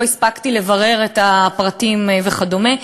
לא הספקתי לברר את הפרטים וכדומה,